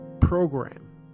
program